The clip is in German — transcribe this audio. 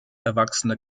erwachsene